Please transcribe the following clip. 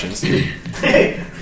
Hey